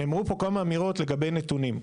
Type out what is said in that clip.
נאמרו פה כמה אמירות לגבי נתונים.